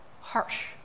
harsh